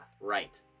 right